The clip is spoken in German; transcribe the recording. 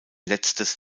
letztes